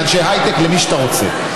לאנשי הייטק ולמי שאתה רוצה,